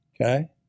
Okay